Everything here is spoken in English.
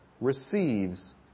receives